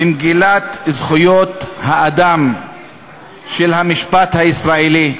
במגילת זכויות האדם של המשפט הישראלי.